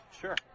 Sure